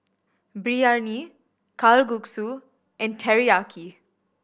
Biryani Kalguksu and Teriyaki